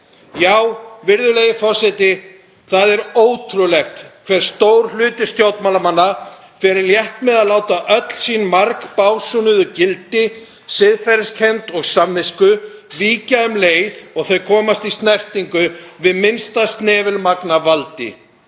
Já, virðulegi forseti, það er ótrúlegt hve stór hluti stjórnmálamanna fer létt með að láta öll sín margbásúnuðu gildi, siðferðiskennd og samvisku víkja um leið og þau komast í snertingu við minnsta snefilmagn af valdi.